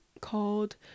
called